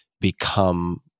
become